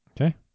okay